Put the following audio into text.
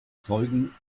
zeugen